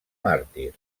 màrtir